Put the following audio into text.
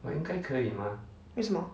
为什么